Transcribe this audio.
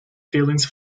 feelings